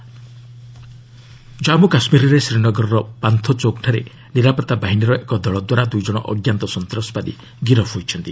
JK arrest Jammu କାଶ୍ମୀରରେ ଶ୍ରୀନଗରର ପାନ୍ତୁଚୌକ୍ଠାରେ ନିରାପତ୍ତା ବାହିନୀର ଏକ ଦଳଦ୍ୱାରା ଦୁଇ ଜଣ ଅଜ୍ଞାତ ସନ୍ତାସବାଦୀ ଗିରଫ ହୋଇଛନ୍ତି